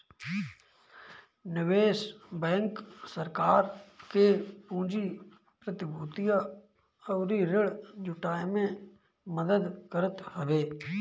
निवेश बैंक सरकार के पूंजी, प्रतिभूतियां अउरी ऋण जुटाए में मदद करत हवे